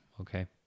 Okay